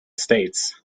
states